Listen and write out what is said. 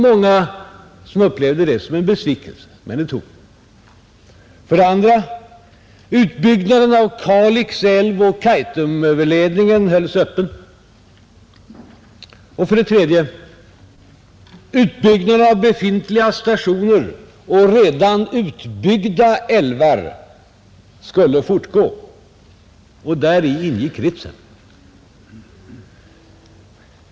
Många upplevde det som en besvikelse, men det tog vi.